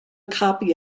copy